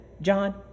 John